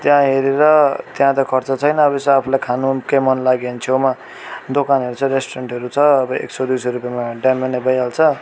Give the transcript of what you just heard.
त्यहाँ हेरेर त्यहाँ त खर्च छैन अब यसो आफूलाई खानु केही मन लाग्यो भने छेउमा दोकानहरू छ रेस्टुरेन्टहरू छ अब एक सय दुई सय रूपियाँमा ड्याम्मै नै भइहाल्छ